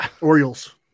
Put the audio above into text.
Orioles